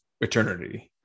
Eternity